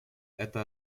это